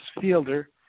fielder